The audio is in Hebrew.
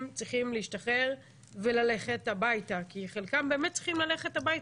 צריכים להשתחרר וללכת הביתה כי חלקם באמת צריכים ללכת הביתה,